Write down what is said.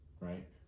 right